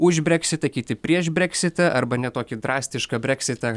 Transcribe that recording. už breksitą kiti prieš breksitą arba ne tokį drastišką breksitą